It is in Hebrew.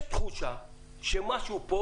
יש תחושה שמשהו פה